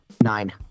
nine